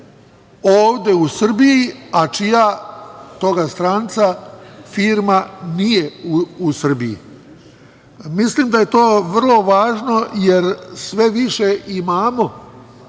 ovde u Srbiji, a čija, tog stranca, firma nije u Srbiji. Mislim da je to vrlo važno, jer sve više imamo